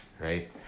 right